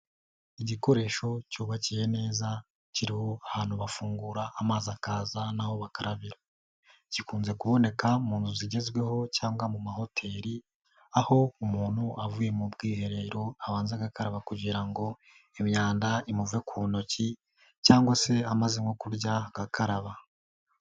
Igikoresho cyubakiye neza kiriho ahantu bafungura amazi akaza naho bakarabira gikunze kuboneka mu nzu zigezweho cyangwa mu mahoteri aho umuntu avuye mu bwiherero abanza agakaraba kugira ngo imyanda imuve ku ntoki cyangwa se amaze nko kurya agakaraba.